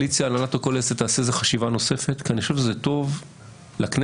שהנהלת הקואליציה תעשה חשיבה נוספת כי אני חושב שזה טוב לכנסת,